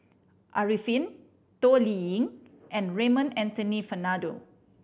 Arifin Toh Liying and Raymond Anthony Fernando